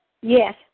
Yes